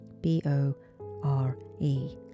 B-O-R-E